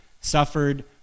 suffered